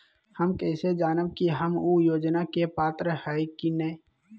हम कैसे जानब की हम ऊ योजना के पात्र हई की न?